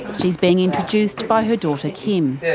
she's being introduced by her daughter, kim.